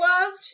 loved